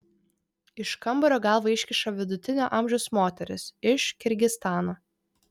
iš kambario galvą iškiša vidutinio amžiaus moteris iš kirgizstano